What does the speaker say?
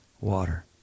water